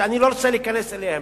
שאני לא רוצה להיכנס אליהן,